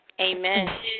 Amen